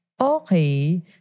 Okay